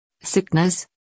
Sickness